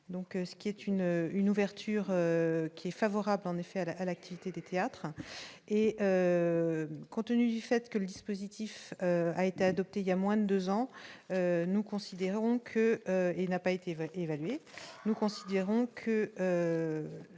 ce qui est une une ouverture qui est favorable en effet à l'activité des théâtres et contenu du fait que le dispositif a été adopté il y a moins 2 ans, nous considérons que,